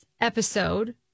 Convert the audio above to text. episode